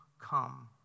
come